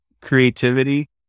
creativity